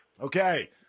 Okay